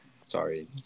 Sorry